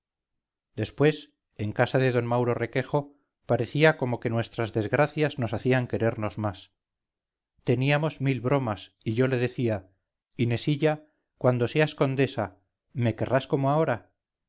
después en casa de d mauro requejo parecía como que nuestras desgracias nos hacían querernos más teníamos mil bromas y yo le decía inesilla cuando seas condesa me querrás como ahora